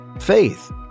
Faith